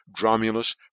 Dromulus